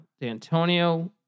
D'Antonio